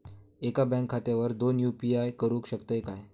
एका बँक खात्यावर दोन यू.पी.आय करुक शकतय काय?